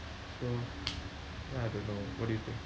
so ya I don't know what do you think